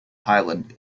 highland